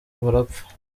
barapfa